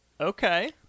Okay